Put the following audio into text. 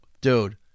dude